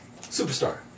Superstar